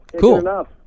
Cool